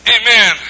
amen